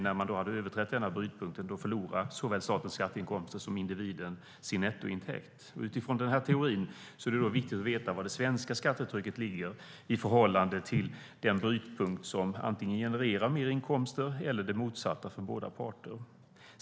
När man överträtt denna brytpunkt förlorar såväl staten skatteinkomster som individen sin nettointäkt. Utifrån den teorin är det viktigt att veta var det svenska skattetrycket ligger i förhållande till den brytpunkt som antingen genererar mer inkomster eller det motsatta för båda parter.